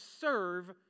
serve